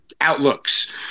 outlooks